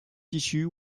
tissue